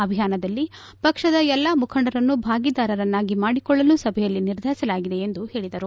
ಅಭಿಯಾನದಲ್ಲಿ ಪಕ್ಷದ ಎಲ್ಲ ಮುಖಂಡರನ್ನು ಭಾಗಿದಾರರನ್ನಾಗಿ ಮಾಡಿಕೊಳ್ಳಲು ಸಭೆಯಲ್ಲಿ ನಿರ್ಧರಿಸಲಾಗಿದೆ ಎಂದು ಹೇಳಿದರು